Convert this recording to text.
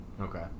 Okay